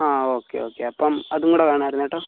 ആ okay okay അപ്പം അതും കൂടെ വേണായിരുന്നു കേട്ടോ